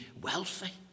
wealthy